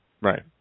Right